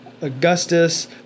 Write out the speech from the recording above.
Augustus